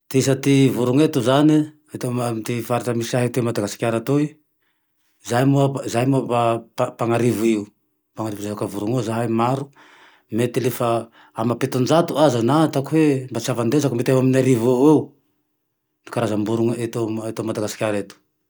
Ty isa ty vorogne eto zane, amy ty faritsy misy ahy eto Madagasikara toy, zahay moa, zahay moa mpanarivo io, mpanarivo resake vorogne io zahay maro, mety le fa amam-pitonjatony aza na ataoko hoe mba tsy avandesako mety ao amin'ny arivo eo ho eo ty karazam-borogne ato ama- Madagasikara eto